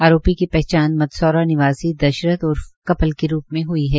आरोपी की पहचान मदसौरा निवासी दशरथ उर्फ कपल के रूप में हुई है